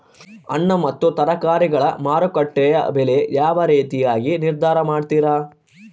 ಹಣ್ಣು ಮತ್ತು ತರಕಾರಿಗಳ ಮಾರುಕಟ್ಟೆಯ ಬೆಲೆ ಯಾವ ರೇತಿಯಾಗಿ ನಿರ್ಧಾರ ಮಾಡ್ತಿರಾ?